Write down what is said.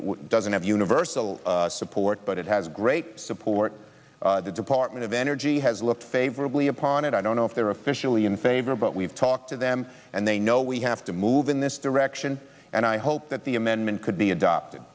would doesn't have universal support but it has great support the department of energy has look favorably upon it i don't know if they're officially in favor but we've talked to them and they know we have to move in this direction and i hope that the amendment could be adopted